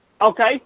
Okay